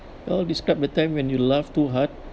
well describe the time when you laugh too hard